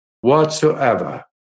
whatsoever